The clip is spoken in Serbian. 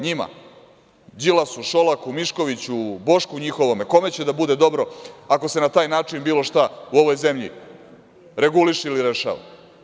Njima, Đilasu, Đolaku, Miškoviću, Bošku njihovome, kome će da bude dobro ako se na taj način bilo šta u ovoj zemlji reguliše ili rešava?